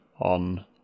on